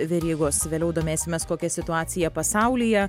verygos vėliau domėsimės kokia situacija pasaulyje